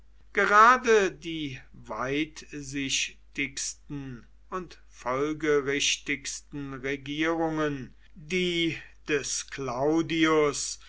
gerade die weitsichtigsten und folgerichtigsten regierungen die des claudius